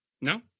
No